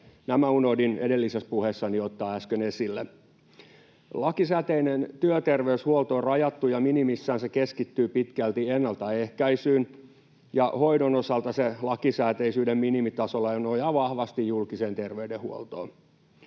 nämä unohdin edellisessä puheessani ottaa äsken esille. Lakisääteinen työterveyshuolto on rajattu, ja minimissään se keskittyy pitkälti ennaltaehkäisyyn. Hoidon osalta se lakisääteisyyden minimitasolla nojaa vahvasti julkiseen terveydenhuoltoon.